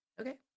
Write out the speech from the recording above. Okay